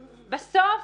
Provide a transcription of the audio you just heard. בסוף,